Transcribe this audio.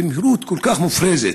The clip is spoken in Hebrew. במהירות כל כך מופרזת,